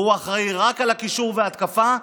והוא אחראי רק על הקישור וההתקפה,